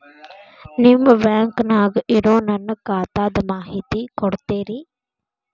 ನಿಮ್ಮ ಬ್ಯಾಂಕನ್ಯಾಗ ಇರೊ ನನ್ನ ಖಾತಾದ ಮಾಹಿತಿ ಕೊಡ್ತೇರಿ?